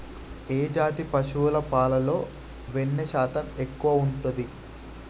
ఏ జాతి పశువుల పాలలో వెన్నె శాతం ఎక్కువ ఉంటది?